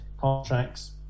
contracts